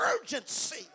urgency